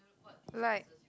like